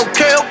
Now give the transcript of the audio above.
Okay